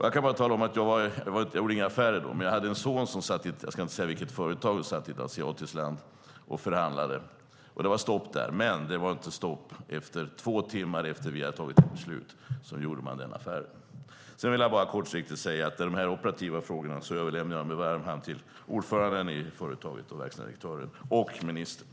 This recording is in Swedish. Jag kan tala om att jag - jag gjorde inga affärer då - hade en son som för ett företag var i ett asiatiskt land och förhandlade. Det var stopp, men två timmar efter det att vi hade tagit beslutet gjorde man affären. Sedan vill jag bara kort säga att de operativa frågorna överlämnar jag med varm hand till ordföranden i företaget, verkställande direktören och ministern.